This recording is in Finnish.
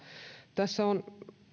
tässä on